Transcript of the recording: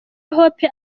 hope